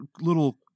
little